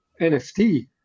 nft